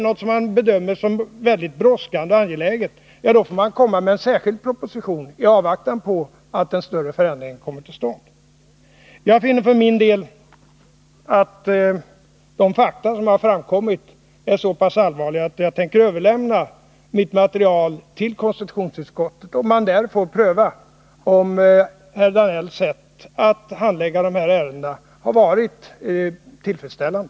Bedömer man att något är mycket brådskande och angeläget, får man lägga fram en särskild proposition i avvaktan på att en större förändring kommer till stånd. Jag finner att de fakta som har framkommit är så pass allvarliga att jag tänker överlämna mitt material till konstitutionsutskottet, så att man där får pröva om herr Danells sätt att handlägga dessa ärenden har varit tillfredsställande.